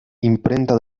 imprenta